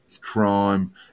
Crime